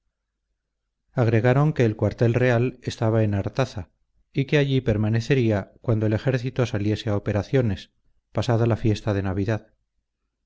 agregaron que el cuartel real estaba en artaza y que allí permanecería cuando el ejército saliese a operaciones pasada la fiesta de navidad